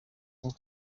nko